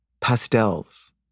pastels